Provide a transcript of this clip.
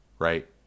right